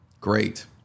Great